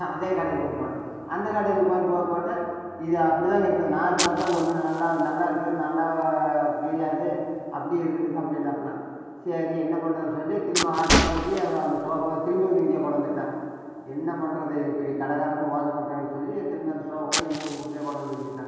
அதே கடைக்கு கொண்டு போனேன் அந்த கடையில் கொண்டு போய் போட்டால் இது அப்படிதாங்க இருக்கும் நாறு போட்டால் ஒன்றும் நல்லா நல்லாயிருக்கு நல்லா கிழியாது அப்டி இருக்குட்டுங்க அப்படின்னாப்புல சரி என்ன பண்ணுறதுன்னு சொல்லி திரும்ப ஆட்டோ பிடிச்சி அந்த சோபாவை திரும்பியும் இங்கேயே கொண்டாந்துட்டேன் என்ன பண்ணுறது இப்படி கடை காரவங்க மோசம் பண்ணுறாங்கன்னு சொல்லி திரும்பி அந்த சோபாவை இங்கே விட்டுலயே கொண்டாந்து வச்சுட்டேன்